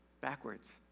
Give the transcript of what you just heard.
backwards